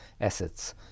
assets